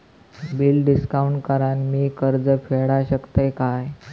Bill discount करान मी कर्ज फेडा शकताय काय?